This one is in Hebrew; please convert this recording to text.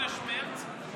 חודש מרץ.